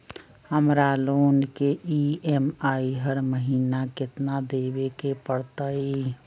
हमरा लोन के ई.एम.आई हर महिना केतना देबे के परतई?